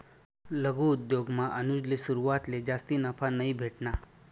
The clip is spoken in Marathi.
लघु उद्योगमा अनुजले सुरवातले जास्ती नफा नयी भेटना